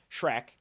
shrek